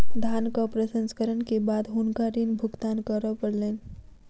धानक प्रसंस्करण के बाद हुनका ऋण भुगतान करअ पड़लैन